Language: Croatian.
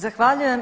Zahvaljujem.